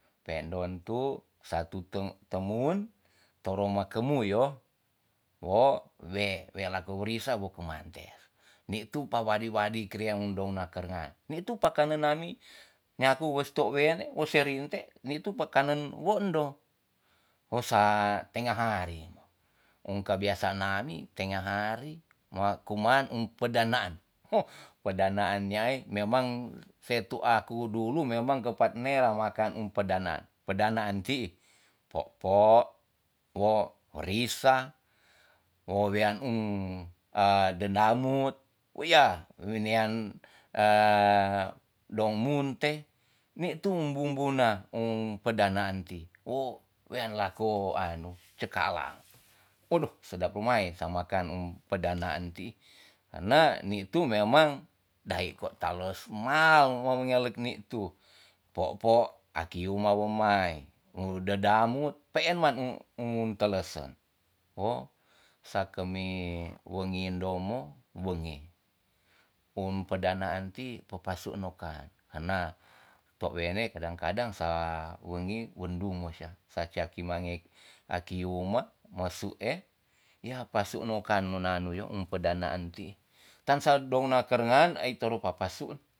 Pe'ndon tu satu te temun toro makemu yo wo we wela kumerisa wo kemantes ni tu pa wadi wadi kria en dona karengan nitu pakenan mi nyaku wes tou wes we tou rinte nitu pakenan wo endo wes sa tenga hari em kabiasaan nami tenga hari ma kuman em pedanaan ho pedanaan nyae memang se tu'a ku dulu memang kepa nera makan empedana padanaan ti'i poo'po wo werisa wo wean dedanut wea wenean e dong munte ni tu bumbu na em pedaan ti wo wean lako anu cekalang odo sedap remae sa makan em pedanaan ti'i karena ni tu memang dae kwa ta los ma we ngalek ni tu poo'po aki uma wemai dedamut pee'n ma mu telesen wo sake mi wengindomu wengi um pedanaan ti po pasu mokan karena tou wene kadang kadang sala wengi wemdung mu sia sa si aki mange aki uma mo su e ya pasu mokan menanu yo pedaanan ti'i tan sa douna karengan ai toro pa pasu